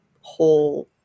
whole